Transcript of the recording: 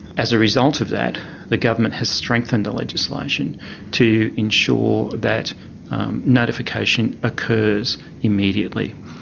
as a result of that the government has strengthened the legislation to ensure that notification occurs immediately.